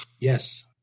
Yes